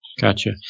Gotcha